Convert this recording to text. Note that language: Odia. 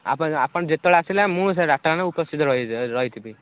ଆପଣ ଆପଣ ଯେତେବେଳେ ଆସିଲେ ମୁଁ ସେ ଡାକ୍ତରଖାନାରେ ଉପସ୍ଥିତ ରହିଥିବି